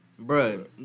Bro